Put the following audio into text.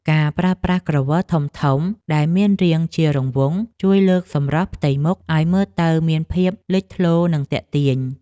ការប្រើប្រាស់ក្រវិលធំៗដែលមានរាងជារង្វង់ជួយលើកសម្រស់ផ្ទៃមុខឱ្យមើលទៅមានភាពលេចធ្លោនិងទាក់ទាញ។